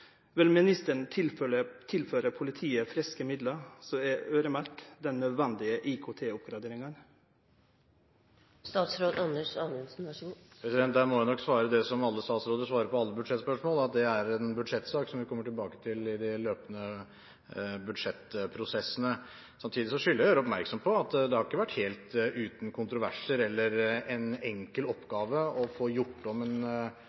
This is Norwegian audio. nødvendige IKT-oppgraderingene? Der må jeg nok svare det som alle statsråder svarer på alle budsjettspørsmål, at det er en budsjettsak som vi kommer tilbake til i de løpende budsjettprosessene. Samtidig skylder jeg å gjøre oppmerksom på at det ikke har vært helt uten kontroverser, eller en enkel oppgave, å få gjort om en beslutning om iverksetting av straffeloven og fremskynde den med mange år. Det er mange som har tilpasset seg en